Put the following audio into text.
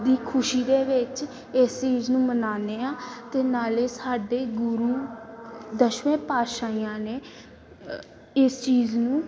ਦੀ ਖੁਸ਼ੀ ਦੇ ਵਿੱਚ ਇਸ ਚੀਜ਼ ਨੂੰ ਮਨਾਉਦੇ ਹਾਂ ਅਤੇ ਨਾਲੇ ਸਾਡੇ ਗੁਰੂ ਦਸਵੇਂ ਪਾਤਸ਼ਾਹੀਆਂ ਨੇ ਅ ਇਸ ਚੀਜ਼ ਨੂੰ